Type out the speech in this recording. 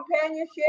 companionship